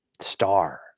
star